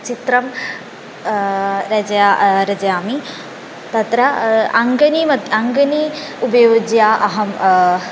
चित्रं रचयामि रचयामि तत्र अङ्कणी मध्ये अङ्कणीं उपयुज्य अहम्